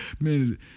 man